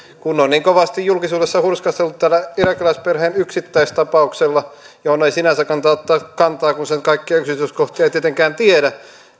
kun on niin kovasti julkisuudessa hurskasteltu tällä irakilaisperheen yksittäistapauksella johon ei sinänsä kannata ottaa kantaa kun sen kaikkia yksityiskohtia ei tietenkään tiedä